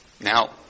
Now